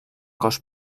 cos